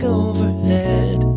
overhead